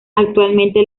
actualmente